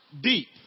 Deep